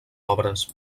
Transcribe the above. obres